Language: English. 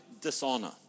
dishonor